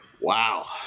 Wow